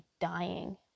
dying